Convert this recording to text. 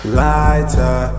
lighter